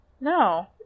No